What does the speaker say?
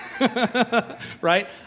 right